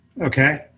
okay